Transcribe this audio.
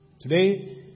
Today